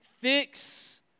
Fix